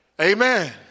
Amen